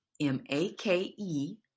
M-A-K-E